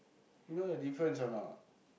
you know the difference or not